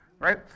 Right